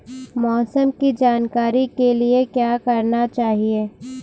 मौसम की जानकारी के लिए क्या करना चाहिए?